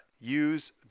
use